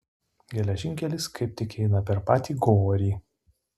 geležinkelis kaip tik eina per patį gorį